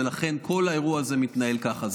ולכן כל האירוע הזה מתנהל ככה.